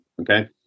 Okay